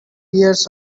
years